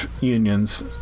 unions